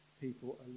people